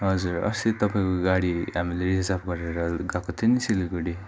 हजुर अस्ति तपाईँको गाडी हामीले रिजर्भ गरेर गएको थियो नि सिलगडी